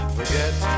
Forget